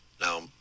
Now